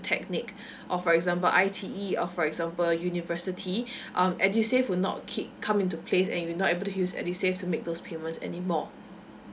or for example I_T_E or for example university um edusave will not kick come into place and you'll not able to use edusave to make those payments anymore